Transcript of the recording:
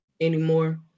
anymore